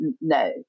no